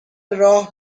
راه